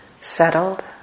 settled